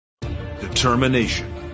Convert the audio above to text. determination